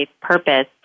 purpose